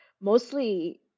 Mostly